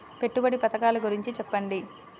పెట్టుబడి పథకాల గురించి చెప్పండి?